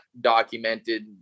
documented